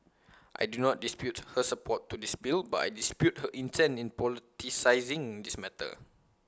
I did not dispute her support to this bill but I dispute her intent in politicising this matter